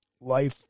life